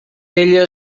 ella